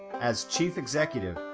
as chief executive,